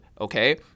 okay